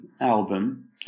album